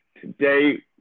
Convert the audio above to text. today